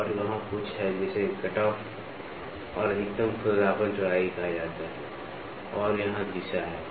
और वहाँ कुछ है जिसे कटऑफ और अधिकतम खुरदरापन चौड़ाई कहा जाता है और यहाँ दिशा है